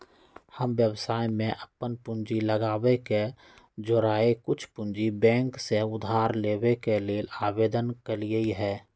हम व्यवसाय में अप्पन पूंजी लगाबे के जौरेए कुछ पूंजी बैंक से उधार लेबे के लेल आवेदन कलियइ ह